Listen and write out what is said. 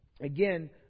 again